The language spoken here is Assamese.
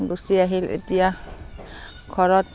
গুচি আহিল এতিয়া ঘৰত